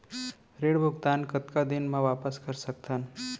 ऋण भुगतान कतका दिन म वापस कर सकथन?